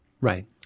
Right